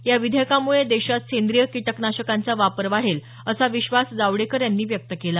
या विधेयकाम्ळे देशात सेंद्रीय कीटकनाशकांचा वापर वाढेल असा विश्वास जावडेकर यांनी व्यक्त केला